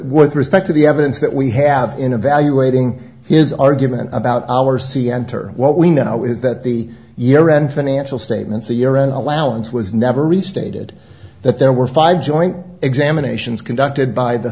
with respect to the evidence that we have in evaluating his argument about our c enter what we know is that the year end financial statements a year end allowance was never restated that there were five joint examinations conducted by the